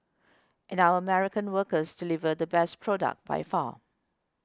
and our American workers deliver the best product by far